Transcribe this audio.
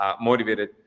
motivated